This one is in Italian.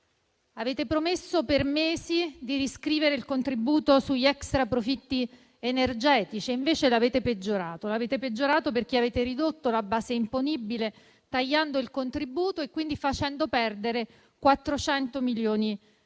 Avete promesso per mesi di riscrivere il contributo sugli extraprofitti energetici e invece l'avete peggiorato, perché avete ridotto la base imponibile, tagliando il contributo e facendo perdere 400 milioni di euro.